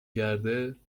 گرده